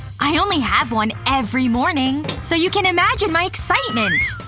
i only have one every morning. so you can imagine my excitement.